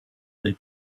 they